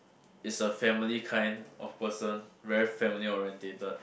is a family kind of person very family orientated